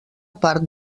part